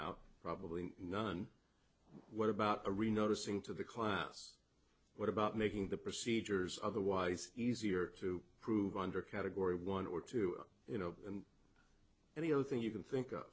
out probably none what about a reno to sing to the class what about making the procedures otherwise easier to prove under category one or two you know and the other thing you can think of